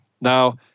Now